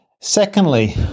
Secondly